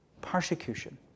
persecution